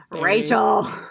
Rachel